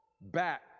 back